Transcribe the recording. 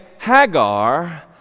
Hagar